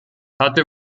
hatte